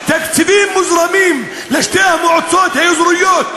תקציבים מוזרמים לשתי המועצות האזוריות,